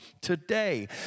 today